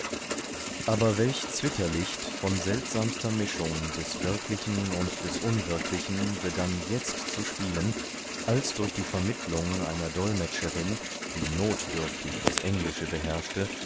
aber welch zwitterlicht von seltsamster mischung des wirklichen und des unwirklichen begann jetzt zu spielen als durch die vermittelung einer dolmetscherin die notdürftig das englische beherrschte